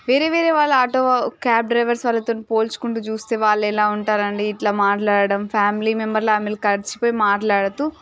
వేరే వేరే వాళ్ళ ఆటో క్యాబ్ డ్రైవర్స్ వాళ్ళతో పోల్చుకుంటు చూస్తే వాళ్ళు ఎలా ఉంటారు అండి ఇట్ల మాట్లాడడం ఫ్యామిలీ మెంబెర్లాగా మీరు కలిసిపోయి మాట్లాడుతు